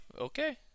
okay